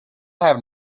have